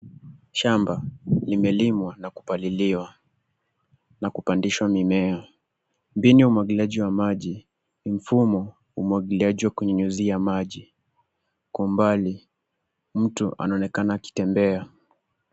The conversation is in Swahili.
Shamba limelimwa na kupaliliwa na kupandishwa mimea. Mbinu ya umwagiliaji wa maji ni mfumo umwagilija wa kunyunyuzia maji. Kwa umbali mtu anaonekana akitembea.